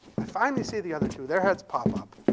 i finally see the other two. their heads pop up.